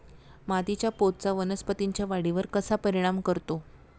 मातीच्या पोतचा वनस्पतींच्या वाढीवर कसा परिणाम करतो?